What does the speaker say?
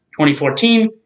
2014